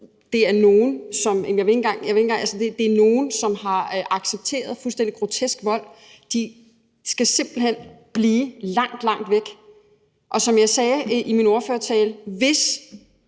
Det er nogle, som har accepteret fuldstændig grotesk vold. De skal simpelt hen blive langt, langt væk. Og som jeg sagde i min ordførertale: Hvis